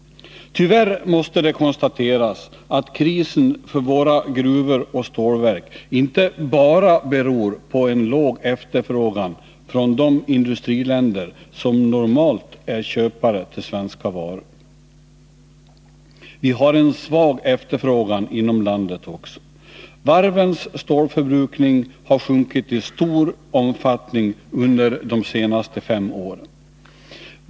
Tyvärr måste det konstateras att krisen i våra gruvor och stålverk inte bara beror på låg efterfrågan från de industriländer som normalt är köpare av svenska varor. Vi har en svag efterfrågan inom landet också. Varvens stålförbrukning har sjunkit i stor omfattning under de senaste fem åren.